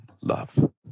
love